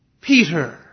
Peter